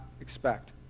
expect